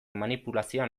manipulazioan